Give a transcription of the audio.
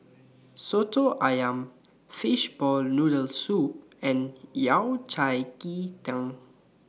Soto Ayam Fishball Noodle Soup and Yao Cai Ji Tang